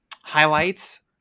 highlights